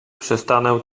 przestanę